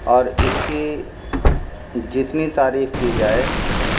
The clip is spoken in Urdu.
اور اس کی جتنی تعریف کی جائے